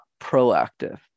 proactive